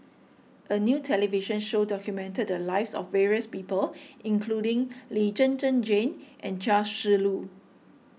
a new television show documented the lives of various people including Lee Zhen Zhen Jane and Chia Shi Lu